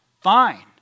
Fine